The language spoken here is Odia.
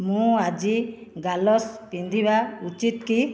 ମୁଁ ଆଜି ଗାଲୋଶ୍ ପିନ୍ଧିବା ଉଚିତ୍ କି